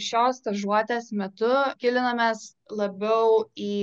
šios stažuotės metu gilinomės labiau į